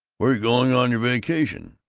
where you going on your vacation?